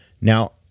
Now